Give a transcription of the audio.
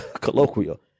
colloquial